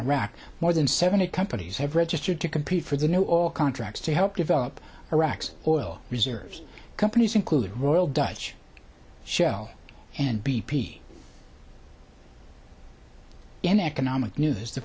iraq more than seventy companies have registered to compete for the new all contracts to help develop iraq's oil reserves companies including royal dutch shell and b p in economic news the